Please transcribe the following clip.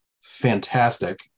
fantastic